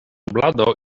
blado